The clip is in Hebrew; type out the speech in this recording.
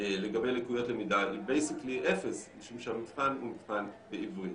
לגבי לקויות למידה היא בייסיקלי אפס משום שהמבחן הוא מבחן בעברית.